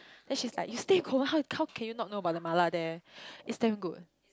then she's like you stay Kovan how how can you not know about the mala there it's damn good